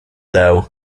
though